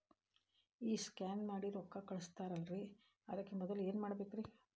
ಈ ಸ್ಕ್ಯಾನ್ ಮಾಡಿ ರೊಕ್ಕ ಕಳಸ್ತಾರಲ್ರಿ ಅದಕ್ಕೆ ಮೊದಲ ಏನ್ ಮಾಡ್ಬೇಕ್ರಿ?